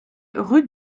rue